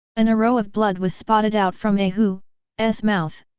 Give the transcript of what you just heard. an arow of blood was spotted out from a hu s mouth.